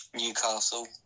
Newcastle